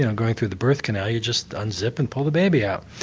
you know going through the birth canal you just unzip and pull the baby out.